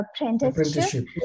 Apprenticeship